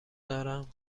دارم